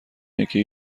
اینکه